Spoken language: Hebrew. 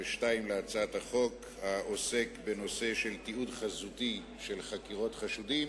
להצעת החוק העוסק בנושא של תיעוד חזותי של חקירות חשודים,